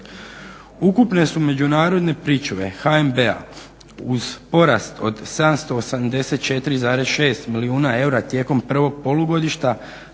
Ukupne su međunarodne pričuve HNB-a uz porast od 784,6 milijuna eura tijekom prvog polugodišta